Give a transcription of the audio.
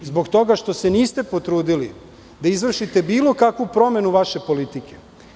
Zbog toga što se niste potrudili da izvršite bilo kakvu promenu vaše politike.